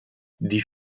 die